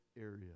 area